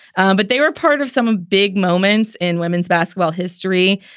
um but they were part of some big moments in women's basketball history,